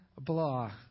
blah